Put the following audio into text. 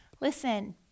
Listen